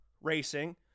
racing